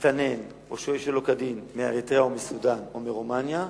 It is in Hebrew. מסתנן או שוהה שלא כדין מאריתריאה או מסודן או מרומניה,